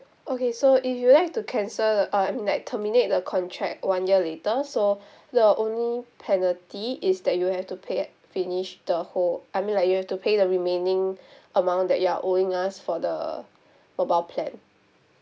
okay so if you'd like to cancel the uh I mean like terminate the contract one year later so the only penalty is that you have to pay finish the whole I mean like you have to pay the remaining amount that you're owing us for the mobile plan